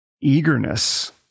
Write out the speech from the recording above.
Eagerness